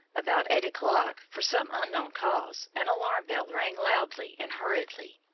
about eight o'clock, for some unknown cause, an alarm-bell rang loudly and hurriedly.